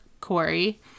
Corey